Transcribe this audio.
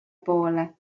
poole